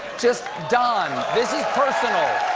just don. this is personal.